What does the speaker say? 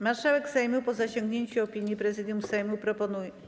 Marszałek Sejmu, po zasięgnięciu opinii prezydium Sejmu, proponuje.